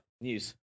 news